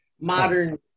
modern